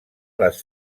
les